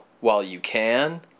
while-you-can